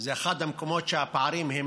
זה אחד המקומות שהפערים הם